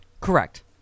Correct